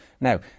Now